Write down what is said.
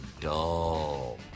dull